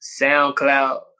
SoundCloud